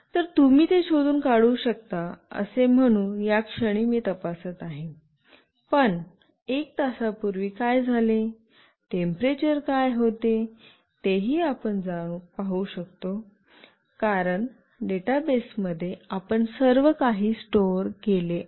तर तुम्ही हे शोधून काढू शकता असे म्हणू याक्षणी मी तपासत आहे पण एक तासापूर्वी काय झाले टेम्पेरचर काय होते तेही आपण पाहू शकतो कारण डेटाबेसमध्ये आपण सर्व काही स्टोर केले आहे